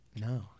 No